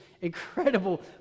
incredible